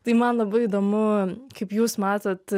tai man labai įdomu kaip jūs matot